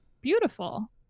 beautiful